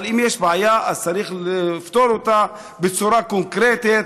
אבל אם יש בעיה אז צריך לפתור אותה בצורה קונקרטית,